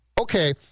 Okay